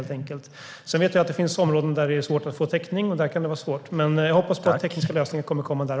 Jag vet att det finns områden där det är svårt att få täckning. Där kan det vara svårt, men jag hoppas att tekniska lösningar kommer även där.